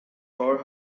thor